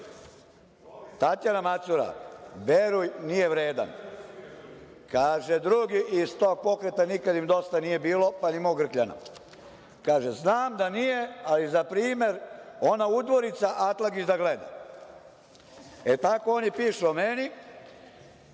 Tatjana Macura: „Veruj – nije vredan.“ Kaže drugi iz tog pokreta, nikad im dosta nije bilo, pa ni mog grkljana, kaže: „Znam da nije, ali za primer, ona udvorica Atlagić da gleda.“ E, tako oni pišu o meni,